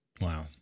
Wow